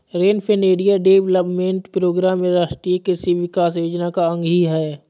rainfed area development programme राष्ट्रीय कृषि विकास योजना का अंग ही है